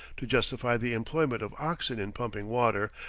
to justify the employment of oxen in pumping water,